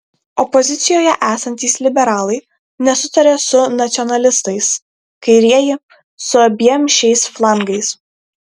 opozicijoje esantys liberalai nesutaria su nacionalistais kairieji su abiem šiais flangais